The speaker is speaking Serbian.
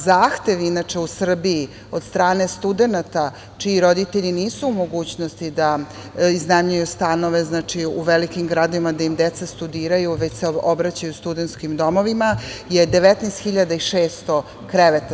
Zahtev, inače, u Srbiji od strane studenata čiji roditelji nisu u mogućnost da iznajmljuju stanove u velikim gradovima da im deca studiraju, već se obraćaju studentskim domovima je 19.600 kreveta.